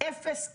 יש אפס הרתעה.